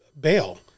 bail